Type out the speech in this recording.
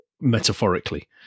metaphorically